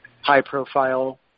high-profile